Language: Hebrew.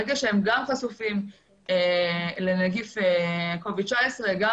ברגע שהם חשופים לנגיף COVID-19 וגם